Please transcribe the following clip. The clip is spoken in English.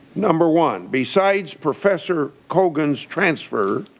number one, besides professor kogan's transfer,